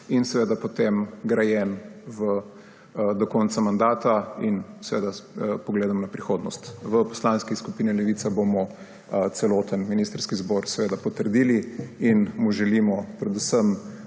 in potem grajen do konca mandata, seveda s pogledom v prihodnost. V Poslanski skupini Levica bomo celoten ministrski zbor potrdili in mu želimo predvsem